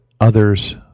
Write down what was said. others